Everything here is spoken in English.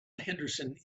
henderson